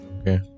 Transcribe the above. Okay